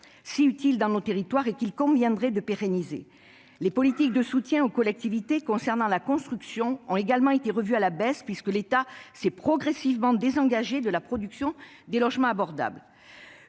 si utile pour nos territoires qu'il conviendrait de pérenniser. Les politiques de soutien aux collectivités dans le domaine de la construction ont également été revues à la baisse, puisque l'État s'est progressivement désengagé de la production de logements abordables.